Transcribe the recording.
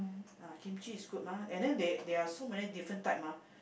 uh kimchi is good mah and then they there are so many different type mah